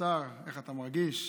איך אתה מרגיש?